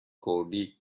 کردی